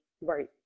Right